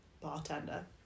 bartender